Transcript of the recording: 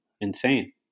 insane